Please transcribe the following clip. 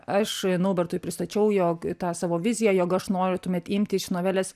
aš naubertui pristačiau jog tą savo viziją jog aš noriu tuomet imti iš novelės